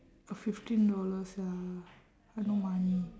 uh fifteen dollar sia I no money